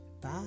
Bye